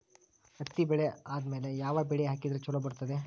ಹತ್ತಿ ಬೆಳೆ ಆದ್ಮೇಲ ಯಾವ ಬೆಳಿ ಹಾಕಿದ್ರ ಛಲೋ ಬರುತ್ತದೆ?